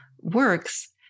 works